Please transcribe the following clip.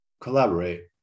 collaborate